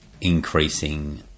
increasing